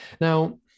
Now